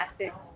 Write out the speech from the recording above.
ethics